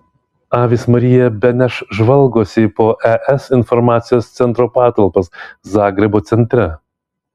avis marija beneš žvalgosi po es informacijos centro patalpas zagrebo centre